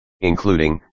including